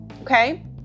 okay